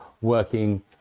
working